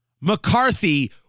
McCarthy